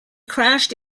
crashed